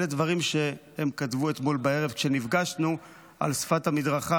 אלה דברים שהם כתבו אתמול בערב כשנפגשנו על שפת המדרכה